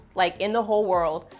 like in the whole world,